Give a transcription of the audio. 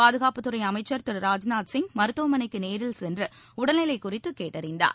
பாதுகாப்புத்துறைஅமைச்சர் ராஜ்நாத்சிங் மருத்துவமனைக்குநேரில் திரு சென்றுஉடல்நிலைகுறித்துகேட்டறிந்தார்